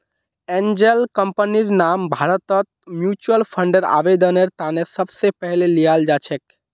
angel कम्पनीर नाम भारतत म्युच्युअल फंडर आवेदनेर त न सबस पहले ल्याल जा छेक